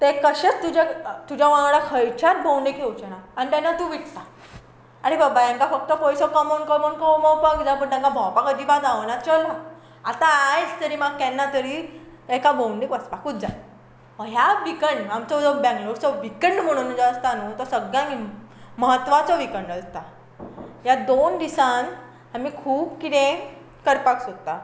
ते कशेंच तुज्या तुज्या वांगडा खंयच्यात भोवंडेक येवचेना आनी तेन्ना तूं विट्टा आरे बाबा हांकां फक्त पयसो कमोन कमोन कोमोवपाक जाय बट तांकां भोंवपाक अजिबात गावाना चलो आतां आयज तरी म्हाका केन्ना तरी एका भोवंडेक वचपाकूच जाय ह्या विकान आमचो जो बँगलोरचो विकंड म्हुणून जो आसता न्हू तो सगळ्यांक ईम महत्वाचो विकंड आसता ह्या दोन दिसान आमी खूब किदें करपाक सोदता